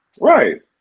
Right